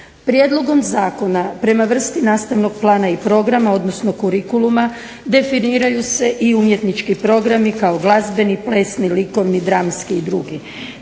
Prijedlogom Zakona prema vrsti nastavnog plana i programa, odnosno curiculluma definiraju se i umjetnički programi kao glazbeni, plesni, likovni, dramski i drugi.